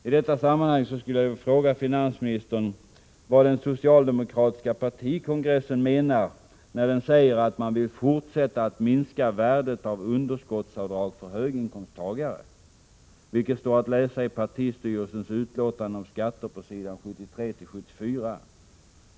I detta sammanhang skulle jag vilja fråga finansministern vad den socialdemokratiska partikongressen menar med uttalandet att man vill ”fortsätta att minska värdet av underskottsavdrag för höginkomsttagare”, vilket står att läsa i partistyrelsens utlåtande om skatter på s. 73-74?